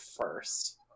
first